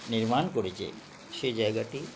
নির্মাণ করেছে সেই জায়গাটি